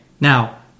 now